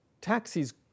Taxis